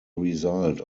result